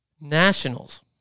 Nationals